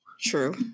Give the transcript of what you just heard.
True